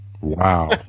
Wow